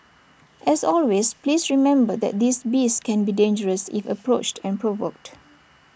as always please remember that these beasts can be dangerous if approached and provoked